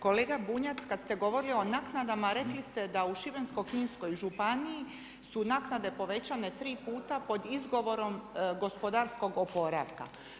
Kolega Bunjac kada ste govorili o naknadama rekli ste da u Šibensko-kninskoj županiji su naknade povećane tri puta pod izgovorom gospodarskog oporavka.